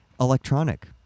Electronic